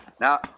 Now